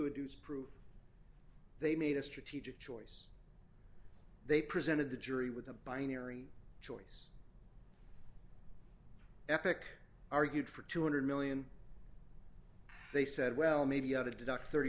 reduce prove they made a strategic choice they presented the jury with a binary choice epic argued for two hundred million they said well maybe you got to deduct thirty